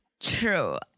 True